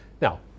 Now